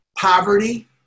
Poverty